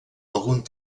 algun